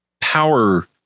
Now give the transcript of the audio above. power